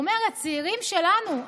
והוא אומר: הצעירים שלנו,